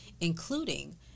including